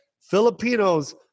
Filipinos